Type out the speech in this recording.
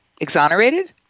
exonerated